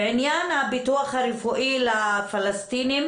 בעניין הביטוח הרפואי לפלסטינים.